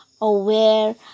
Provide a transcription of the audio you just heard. aware